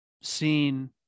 seen